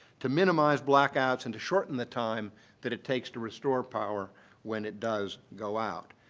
to minimize blackouts, and to shorten the time that it takes to restore power when it does go out.